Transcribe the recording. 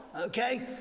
Okay